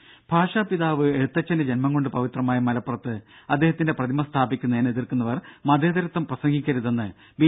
ദര ഭാഷാപിതാവ് എഴുത്തച്ഛന്റെ ജന്മം കൊണ്ട് പവിത്രമായ മലപ്പുറത്ത് അദ്ദേഹത്തിന്റെ പ്രതിമ സ്ഥാപിക്കുന്നതിനെ എതിർക്കുന്നവർ മതേതരത്വം പ്രസംഗിക്കരുതെന്ന് ബി